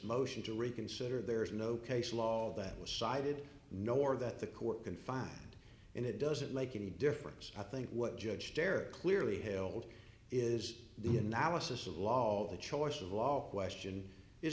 motion to reconsider there is no case law that was cited nor that the court can find and it doesn't make any difference i think what judge terry clearly hailed is the analysis of law the choice of law question is